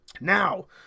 Now